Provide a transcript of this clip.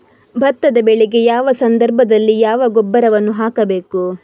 ಭತ್ತದ ಬೆಳೆಗೆ ಯಾವ ಸಂದರ್ಭದಲ್ಲಿ ಯಾವ ಗೊಬ್ಬರವನ್ನು ಹಾಕಬೇಕು?